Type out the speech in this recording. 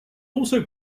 also